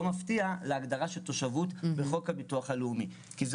מפתיע להגדרה של תושבות בחוק הביטוח הלאומי כי זאת